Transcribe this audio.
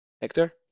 hector